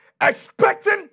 expecting